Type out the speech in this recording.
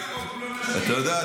לפי החוק --- אתה יודע,